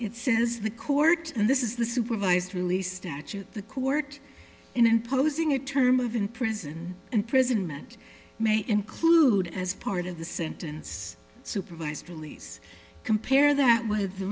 it says the court and this is the supervised release statute the court in imposing a term of in prison and prison meant may include as part of the sentence supervised release compare that with the